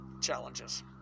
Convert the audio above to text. challenges